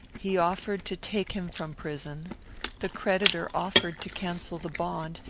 he offered to take him from prison the creditor offered to cancel the bond,